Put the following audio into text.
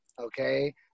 Okay